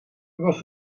was